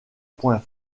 point